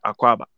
Aquaba